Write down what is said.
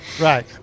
Right